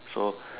so